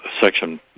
section